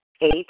Eight